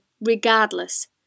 regardless